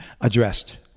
addressed